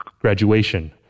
Graduation